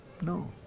No